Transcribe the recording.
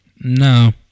No